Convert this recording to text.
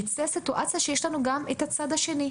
תצא סיטואציה שיש לנו גם את הצד השני.